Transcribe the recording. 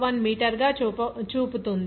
01 metre గా చూపుతుంది